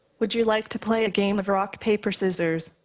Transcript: would you like to play a game of rock, paper, scissors,